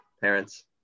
parents